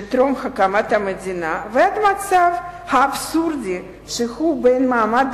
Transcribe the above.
טרום הקמת המדינה ועד המצב האבסורדי שהוא בין מעמד